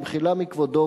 במחילה מכבודו,